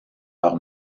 leur